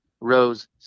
rose